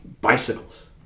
bicycles